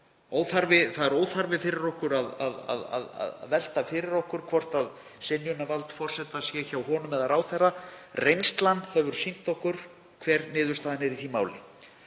Það er óþarfi fyrir okkur að velta fyrir okkur hvort synjunarvald forseta sé hjá honum eða ráðherra. Reynslan hefur sýnt okkur hver niðurstaðan er í því máli.